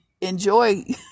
enjoy